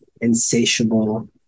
insatiable